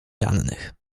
rannych